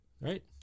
right